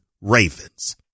Ravens